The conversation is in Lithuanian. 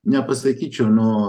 nepasakyčiau nu